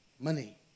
money